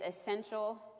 essential